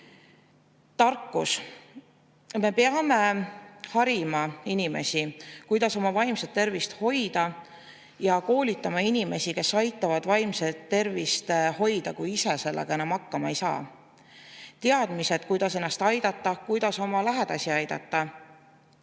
õige. Tarkus – me peame harima inimesi, kuidas oma vaimset tervist hoida, ja koolitama inimesi, kes aitavad vaimset tervist hoida, kui ise sellega enam hakkama ei saa. Teadmised, kuidas ennast aidata, kuidas oma lähedasi aidata,